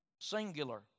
Singular